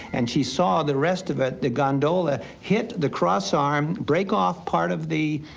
and she saw the rest of ah the gondola hit the cross arm, break off part of the